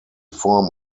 form